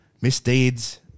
misdeeds